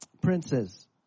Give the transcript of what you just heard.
princes